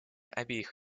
обеих